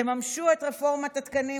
תממשו את רפורמת התקנים,